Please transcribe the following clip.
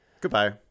Goodbye